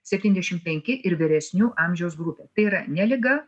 septyniasdešimt penki ir vyresnių amžiaus grupė tai yra ne liga